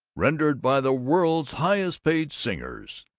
rendered by the world's highest-paid singers.